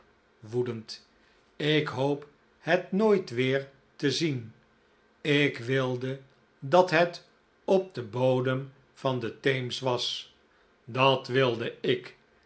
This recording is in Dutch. woedend ik hoop het nooit weer te zien ik wilde dat het op den bodem van den theems was dat wilde ik